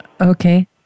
Okay